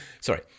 Sorry